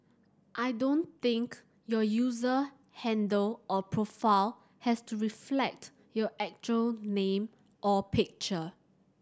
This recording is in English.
I don't think your user handle or profile has to reflect your actual name or picture